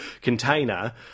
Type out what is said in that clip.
container